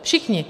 Všichni!